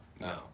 No